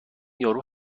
یارو